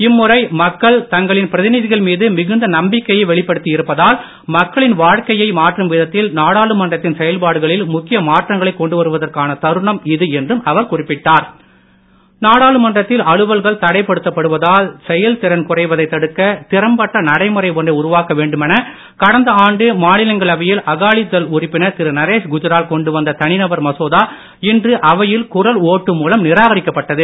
இம்முறை மக்கள் தங்களின் பிரதிநிதிகள் மீது மிகுந்த நம்பிக்கையை வெளிப்படுத்தி இருப்பதால் விதத்தில் நாடாளுமன்றத்தின் செயல்பாடுகளில் முக்கிய மாற்றங்களை கொண்டு வருவதற்கான தருணம் இது என்றும் அவர் குறிப்பிட்டார் தனிநபர் மசோதா நாடாளுமன்றத்தில் அலுவல்கள் தடை படுத்தப் படுவதால் செயல்திறன் குறைவதை தடுக்க திறம்பட்ட நடைமுறை ஒன்றை உருவாக்க வேண்டுமென கடந்த ஆண்டு மாநிலங்களவையில் அகாலி தள் உறுப்பினர் திரு நரேஷ் குஜரால் கொண்டு வந்த தனிநபர் மசோதா இன்று அவையில் குரல் ஓட்டு மூலம் நிராகரிக்கப்பட்டது